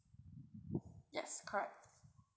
yes correct